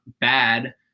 bad